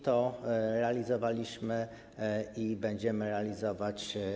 To realizowaliśmy i będziemy realizować.